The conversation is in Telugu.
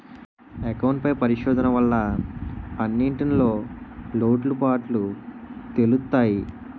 అకౌంట్ పై పరిశోధన వల్ల అన్నింటిన్లో లోటుపాటులు తెలుత్తయి